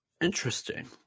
interesting